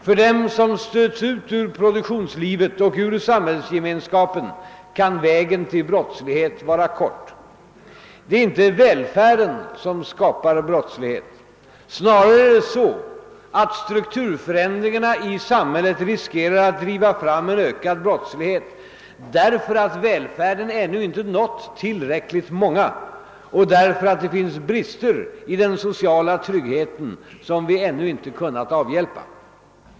För dem som stöts ut ur produktionslivet och ur samhällsgemenskapen kan vägen till brottslighet vara kort. Det är inte välfärden som skapar brottslighet. Snarare är det så att strukturförändringarna i samhället riskerar att driva fram en ökad brottslighet därför att välfärden ännu inte nått tillräckligt många, och därför att det finns brister i den sociala tryggheten som vi ännu inte kunnat avhjälpa.